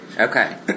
Okay